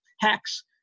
hacks